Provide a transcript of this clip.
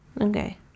okay